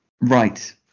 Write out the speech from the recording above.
Right